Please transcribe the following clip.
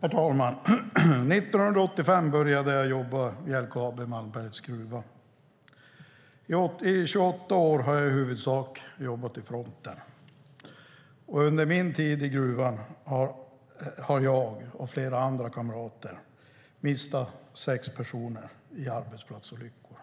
Herr talman! År 1985 började jag jobba i LKAB Malmbergets gruva. I 28 år har jag i huvudsak jobbat i fronten, och under min tid i gruvan har jag och flera kamrater mist sex personer i arbetsplatsolyckor.